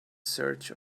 search